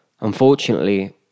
Unfortunately